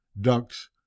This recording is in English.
ducks